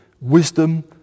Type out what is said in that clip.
wisdom